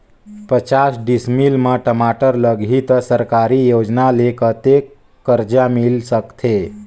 पचास डिसमिल मा टमाटर लगही त सरकारी योजना ले कतेक कर्जा मिल सकथे?